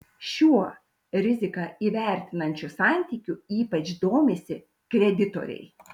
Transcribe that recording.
šiuo riziką įvertinančiu santykiu ypač domisi kreditoriai